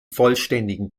vollständigen